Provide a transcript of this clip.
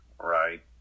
Right